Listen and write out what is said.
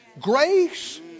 grace